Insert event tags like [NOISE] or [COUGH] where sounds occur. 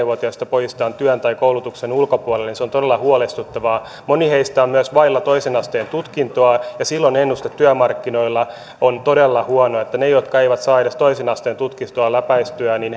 [UNINTELLIGIBLE] vuotiaista pojista on työn tai koulutuksen ulkopuolella on todella huolestuttavaa moni heistä on myös vailla toisen asteen tutkintoa ja silloin ennuste työmarkkinoilla on todella huono heidän jotka eivät saa edes toisen asteen tutkintoa läpäistyä